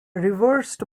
reversed